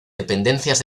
dependencias